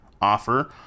offer